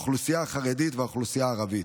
האוכלוסייה החרדית והאוכלוסייה הערבית.